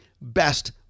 best